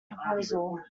proposal